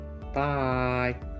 bye